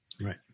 Right